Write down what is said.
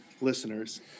listeners